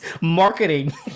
marketing